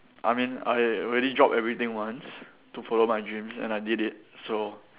I mean I already dropped everything once to follow my dreams and I did it so